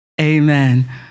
Amen